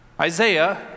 Isaiah